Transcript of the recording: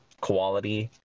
quality